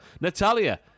Natalia